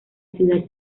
ciudad